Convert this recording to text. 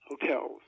hotels